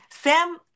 Sam